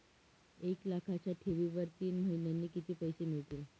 एक लाखाच्या ठेवीवर तीन महिन्यांनी किती पैसे मिळतील?